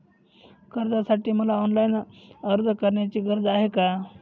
कर्जासाठी मला ऑनलाईन अर्ज करण्याची गरज आहे का?